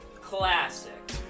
classic